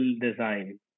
design